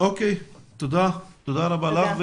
אוקיי, תודה רבה לך.